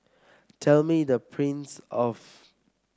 tell me the prince of